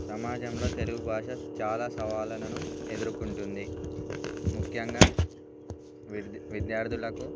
సమాజంలో తెలుగు భాష చాలా సవాళ్ళను ఎదుర్కొంటుంది ముఖ్యంగా విద్యార్థులకు